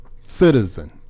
citizen